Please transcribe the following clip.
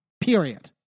Period